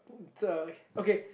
the okay